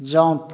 jump